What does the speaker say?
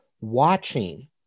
watching